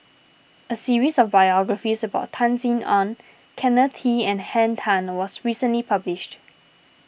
a series of biographies about Tan Sin Aun Kenneth Kee and Henn Tan was recently published